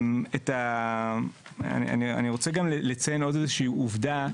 אני רוצה לציין עוד עובדה,